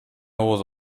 hose